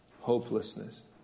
hopelessness